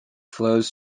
flows